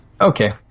Okay